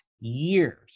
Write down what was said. years